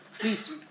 Please